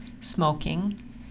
smoking